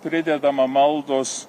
pridedama maldos